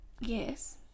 Yes